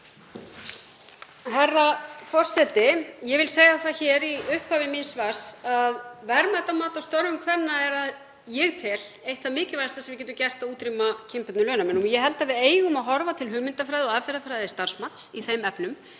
Herra forseti. Ég vil segja það hér í upphafi svars míns að verðmætamat á störfum kvenna er, að ég tel, eitt það mikilvægasta sem við getum gert til að útrýma kynbundnum launamun. Ég held að við eigum að horfa til hugmyndafræði og aðferðafræði starfsmats í þeim efnum.